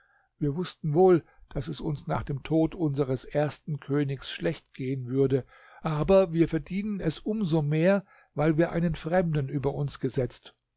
wir wußten wohl daß es uns nach dem tod unseres ersten königs schlecht gehen würde aber wir verdienen es um so mehr weil wir einen fremden über uns gesetzt